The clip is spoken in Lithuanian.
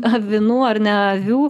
avinų ar ne avių